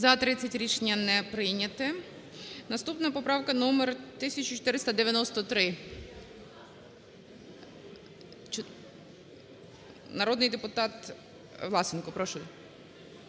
За-30 Рішення не прийняте. Наступна поправка номер 1493. Народний депутат Власенко. Прошу.